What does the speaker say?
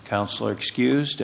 counsel or excused